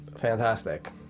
fantastic